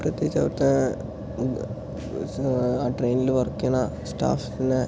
പ്രത്യേകിച്ച് അവിടുത്തെ ഉണ്ട് ആ ട്രെയിനിൽ വർക്ക് ചെയ്യുന്ന സ്റ്റാഫ്സിനെ